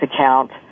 account